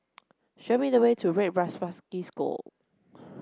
show me the way to Red Swastika School